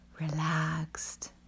relaxed